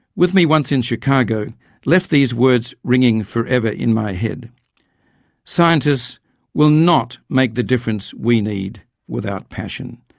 with me once in chicago left these words ringing forever in my head scientists will not make the difference we need without passion.